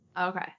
Okay